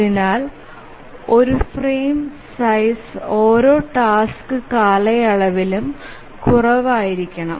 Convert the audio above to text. അതിനാൽ ഒരു frame size ഓരോ ടാസ്ക് കാലയളവിലും കുറവായിരിക്കണം